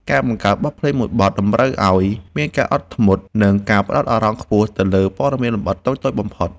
ការបង្កើតបទភ្លេងមួយបទតម្រូវឱ្យមានការអត់ធ្មត់ និង ការផ្ដោតអារម្មណ៍ខ្ពស់ទៅលើព័ត៌មានលម្អិតតូចៗបំផុត។